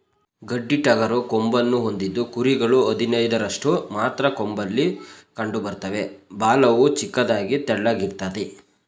ಗಡ್ಡಿಟಗರು ಕೊಂಬನ್ನು ಹೊಂದಿದ್ದು ಕುರಿಗಳು ಹದಿನೈದರಷ್ಟು ಮಾತ್ರ ಕೊಂಬಲ್ಲಿ ಕಂಡುಬರ್ತವೆ ಬಾಲವು ಚಿಕ್ಕದಾಗಿ ತೆಳ್ಳಗಿರ್ತದೆ